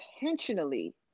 intentionally